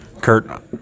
Kurt